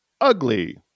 ugly